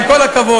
עם כל הכבוד.